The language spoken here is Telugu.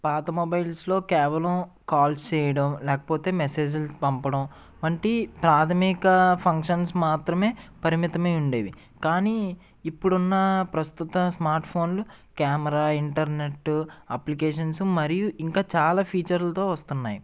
పాత మొబైల్స్లో కేవలం కాల్స్ చేయడం లేకపోతే మెసేజ్లు పంపడం వంటి ప్రాథమిక ఫంక్షన్స్ మాత్రమే పరిమితమై ఉండేవి కానీ ఇప్పుడు ఉన్న ప్రస్తుత స్మార్ట్ఫోన్లు కెమెరా ఇంటర్నెట్ అప్లికేషన్స్ మరియు ఇంకా చాలా ఫీచర్లతో వస్తున్నాయి